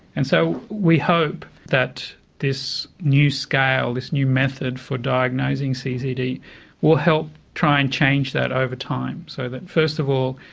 and so we hope that this new scale, this new method for diagnosing ccd will help try and change that over time. so that first all,